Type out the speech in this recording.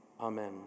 amen